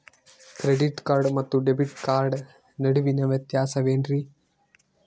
Credit card ಮತ್ತು debit card ನಡುವಿನ ವ್ಯತ್ಯಾಸ ವೇನ್ರೀ?